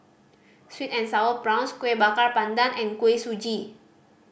sweet and Sour Prawns Kueh Bakar Pandan and Kuih Suji